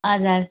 हजुर